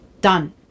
Done